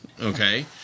okay